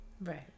Right